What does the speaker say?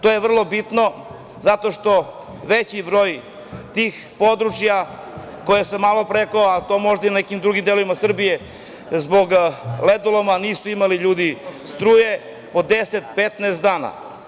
To je vrlo bitno zato što veći broj tih područja, koje sam malopre rekao, a to možda i u nekim delovim Srbije zbog ledoloma nisu imali ljudi struje po 10, 15 dana.